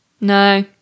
No